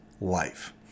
life